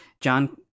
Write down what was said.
John